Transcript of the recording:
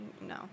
no